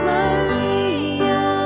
Maria